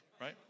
Right